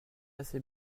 assez